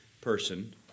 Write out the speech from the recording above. person